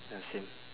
ya same